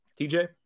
TJ